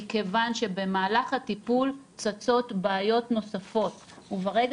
מכיוון שמהלך הטיפול צצות בעיות נוספות וברגע